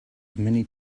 many